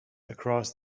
across